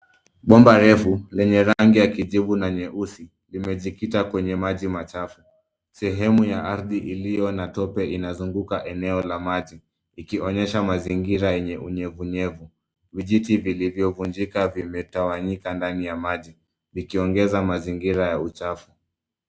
Bomba refu lenye rangi ya kijivu na nyeusi limejikita kwenye maji machafu. Sehemu ya ardhi iliyo na tope inazuguka eneo la maji ikionyesha mazingira yenye unyevunyevu. Vijiti vilivyovunjika vimetawanyika ndani ya maji, vikiongeza mazingira ya uchafu.